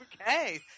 okay